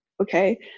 Okay